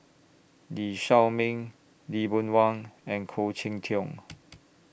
Lee Shao Meng Lee Boon Wang and Khoo Cheng Tiong